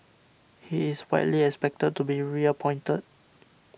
he is widely expected to be reappointed